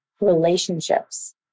relationships